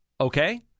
okay